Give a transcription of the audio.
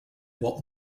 what